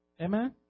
Amen